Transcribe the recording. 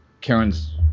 karen's